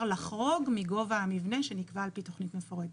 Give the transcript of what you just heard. לחרוג מגובה המבנה שנקבע על פי תוכנית מפורטת.